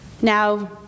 Now